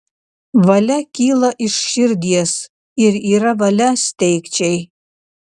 valia kyla iš širdies ir yra valia steigčiai